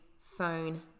phone